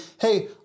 Hey